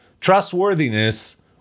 trustworthiness